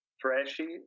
trashy